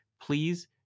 Please